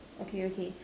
okay okay